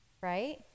right